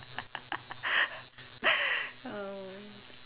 um